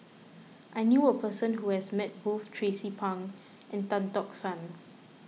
I knew a person who has met both Tracie Pang and Tan Tock San